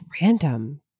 random